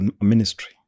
ministry